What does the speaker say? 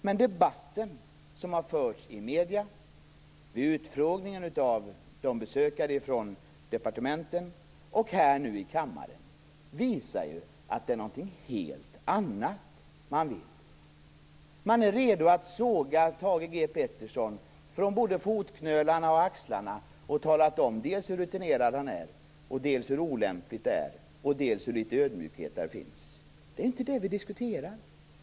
Men debatten som har förts i medierna, vid utfrågningen av besökare från departementen och nu i kammaren visar att det är någonting helt annat man vill. Man är redo att såga Thage G Peterson från både fotknölarna och axlarna. Man har talat om hur rutinerad han är, hur olämpligt det han gjort är och hur litet ödmjukhet det finns. Det är inte det vi diskuterar.